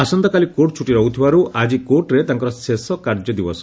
ଆସନ୍ତାକାଲି କୋର୍ଟ ଛଟି ରହୁଥିବାରୁ ଆଜି କୋର୍ଟରେ ଶେଷ କାର୍ଯ୍ୟଦିବସ